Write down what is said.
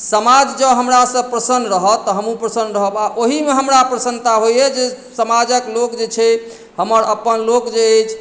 समाज जँ हमरासँ प्रसन्न रहत तऽ हमहूँ प्रसन्न रहब आ ओहीमे हमरा प्रसन्नता होइए जे समाजक लोक जे छै हमर अपन लोक जे अछि